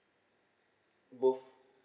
both